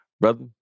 Brother